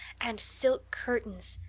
and silk curtains!